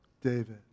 David